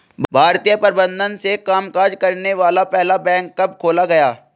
भारतीय प्रबंधन से कामकाज करने वाला पहला बैंक कब खोला गया?